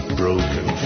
broken